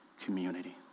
community